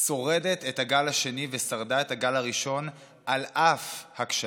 שורדת את הגל השני ושרדה את הגל הראשון על אף הכשלים,